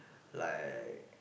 like